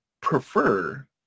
prefer